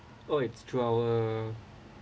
oh it's two hour